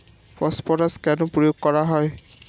Phosphorus কেন প্রয়োগ করা হয়?